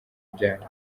byabo